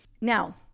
now